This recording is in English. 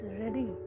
ready